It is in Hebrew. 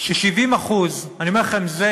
ש-70% אני אומר לכם, זה